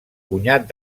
cunyat